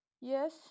Yes